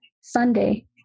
Sunday